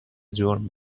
جرم